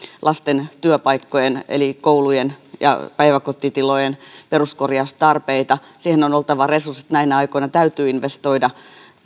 lasten työpaikkojen eli koulujen ja päiväkotitilojen peruskorjaustarpeita siihen on oltava resurssit näinä aikoina täytyy investoida